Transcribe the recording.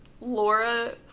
Laura